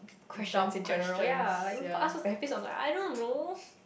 questions in general ya like people ask what's the happiest like I don't know